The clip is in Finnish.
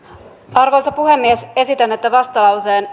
arvoisa puhemies ehdotan että vastalauseen